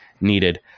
needed